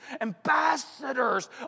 Ambassadors